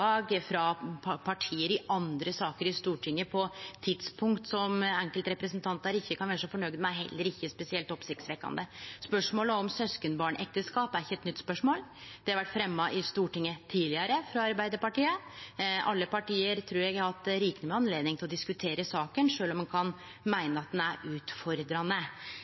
frå parti i andre saker i Stortinget på tidspunkt som enkeltrepresentantar ikkje kan vere så fornøgde med, er heller ikkje spesielt oppsiktsvekkjande. Spørsmålet om søskenbarnekteskap er ikkje eit nytt spørsmål. Det har vore fremja i Stortinget tidlegare frå Arbeidarpartiet. Alle parti, trur eg, har hatt rikeleg med tid til å diskutere saka, sjølv om ein kan meine at ho er utfordrande.